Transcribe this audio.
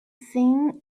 seen